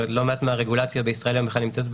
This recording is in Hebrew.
לא מעט מן הרגולציה בישראל נמצאת בכלל